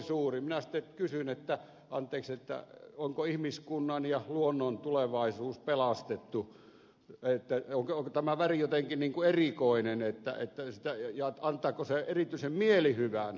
minä sitten kysyin että anteeksi onko ihmiskunnan ja luonnon tulevaisuus pelastettu onko tämä väri jotenkin erikoinen ja antaako se erityisen mielihyvän